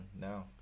now